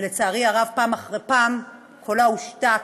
ולצערי הרב, פעם אחרי פעם קולה הושתק,